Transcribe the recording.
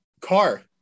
car